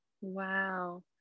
Wow